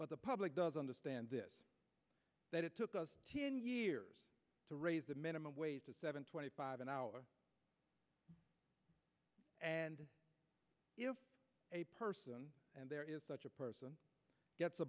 but the public does understand this that it took us years to raise the minimum wage to seven twenty five an hour and if a person and there is such a person gets a